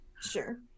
Sure